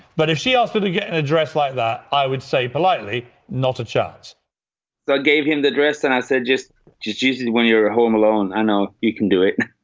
but if she asked me to get an address like that, i would say politely. not a chance so i gave him the address and i said, just just usually when you're home alone i know you can do it